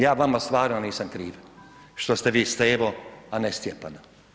Ja vama stvarno nisam kriv što ste vi Stevo, a ne Stjepan.